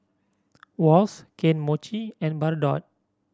Wall's Kane Mochi and Bardot